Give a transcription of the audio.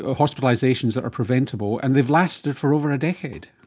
ah hospitalisations that were preventable, and they've lasted for over a decade.